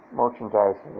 merchandise